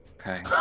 Okay